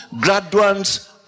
Graduates